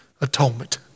atonement